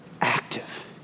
active